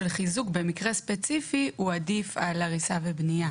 חיזוק במקרה ספציפי הוא עדיף על הריסה ובנייה.